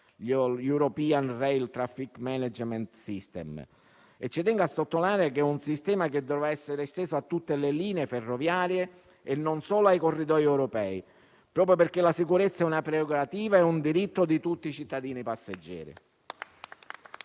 (European rail traffic management system). Ci tengo a sottolineare che si tratta di un sistema che dovrà essere esteso a tutte le linee ferroviarie e non solo ai corridoi europei, proprio perché la sicurezza è una prerogativa e un diritto di tutti i cittadini passeggeri.